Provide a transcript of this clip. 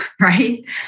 right